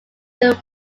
two